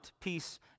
peace